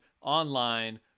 online